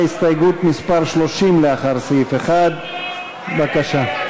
הסתייגות מס' 30 לאחר סעיף 1. בבקשה,